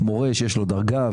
מורה שיש לו דרגה,